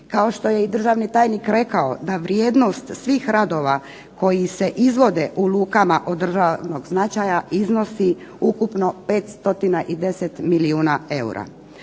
Kao što je i državni tajnik rekao na vrijednost svih radova koji se izvode u lukama od državnog značaja iznosi ukupno 5 stotina i 10 milijuna eura.